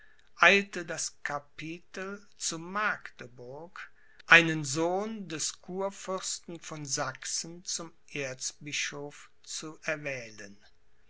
das capitel zu magdeburg einen sohn des kurfürsten von sachsen zum erzbischof zu erwählen